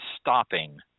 stopping